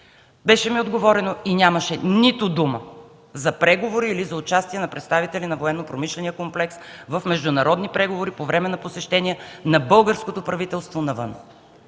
Беше ми отговорено и нямаше нито дума за преговори или за участие на представители на военнопромишления комплекс в международни преговори по време на посещение на българското правителство навън.